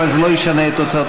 אבל זה לא ישנה את תוצאות